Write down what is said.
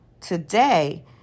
today